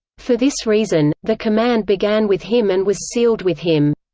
for this reason, the command began with him and was sealed with him.